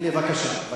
בבקשה.